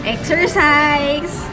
Exercise